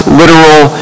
literal